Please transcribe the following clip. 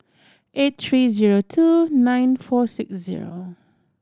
eight three zero two nine four six zero